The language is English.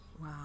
Wow